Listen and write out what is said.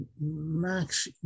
Max